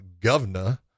governor